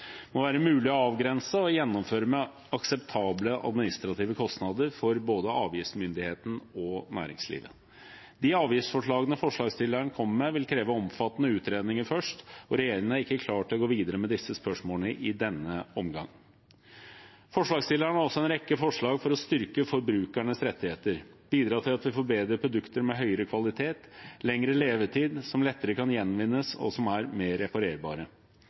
må være mulig å avgrense og gjennomføre dem med akseptable administrative kostnader for både avgiftsmyndigheten og næringslivet. De avgiftsforslagene forslagsstilleren kommer med, vil kreve omfattende utredninger først, og regjeringen er ikke klar til å gå videre med disse spørsmålene i denne omgang. Forslagsstilleren har også en rekke forslag for å styrke forbrukernes rettigheter, bidra til at vi får bedre produkter med høyere kvalitet, lengre levetid, som lettere kan gjenvinnes og som er mer reparerbare.